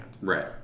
Right